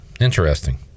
Interesting